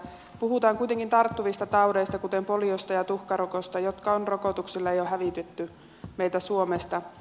puhutaan kuitenkin tarttuvista taudeista kuten poliosta ja tuhkarokosta jotka on rokotuksella jo hävitetty meiltä suomesta